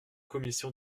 commission